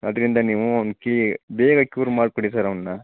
ಅದರಿಂದ ನೀವು ಕೀ ಬೇಗ ಕ್ಯೂರ್ ಮಾಡಿಕೊಡಿ ಸರ್ ಅವನ್ನ